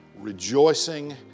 Rejoicing